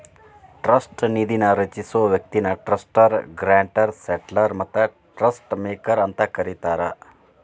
trust ನಿಧಿನ ರಚಿಸೊ ವ್ಯಕ್ತಿನ ಟ್ರಸ್ಟರ್ ಗ್ರಾಂಟರ್ ಸೆಟ್ಲರ್ ಮತ್ತ ಟ್ರಸ್ಟ್ ಮೇಕರ್ ಅಂತ ಕರಿತಾರ